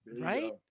right